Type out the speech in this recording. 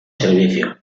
servicio